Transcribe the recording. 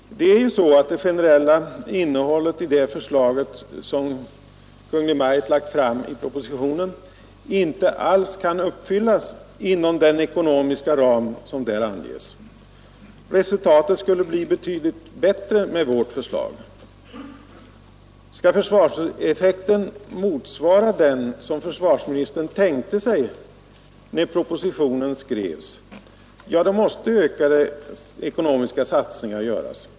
Det generella innehållet i det förslag som Kungl. Maj:t lagt fram i propositionen kan ju inte alls uppfyllas inom den ekonomiska ram som där anges. Resultatet skulle bli betydligt bättre med vårt förslag. Skall försvarseffeken motsvara den som försvarsministern tänkte sig när propositionen skrevs, måste ökade ekonomiska satsningar göras.